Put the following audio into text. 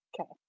Okay